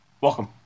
welcome